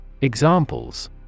Examples